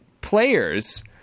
players